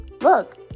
Look